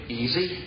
easy